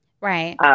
Right